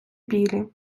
білі